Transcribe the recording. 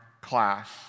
class